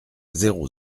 zéro